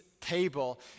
table